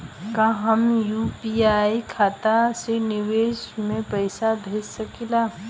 का हम यू.पी.आई खाता से विदेश में पइसा भेज सकिला?